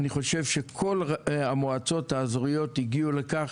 אני חושב שכל המועצות האזוריות הגיעו לכך